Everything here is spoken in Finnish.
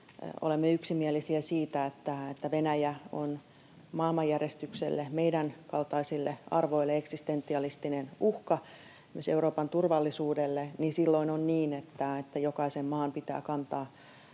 olemme yksimielisiä siitä, että Venäjä on maailmanjärjestykselle, meidän kaltaisille arvoille eksistentialistinen uhka, myös Euroopan turvallisuudelle, niin silloin on niin, että jokaisen maan pitää kantaa